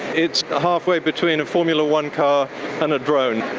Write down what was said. it's halfway between a formula one car and a drone.